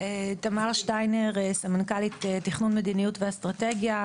אני סמנכ"לית תכנון מדיניות ואסטרטגיה.